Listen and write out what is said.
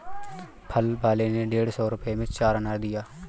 फल वाले ने डेढ़ सौ रुपए में चार अनार दिया